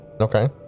Okay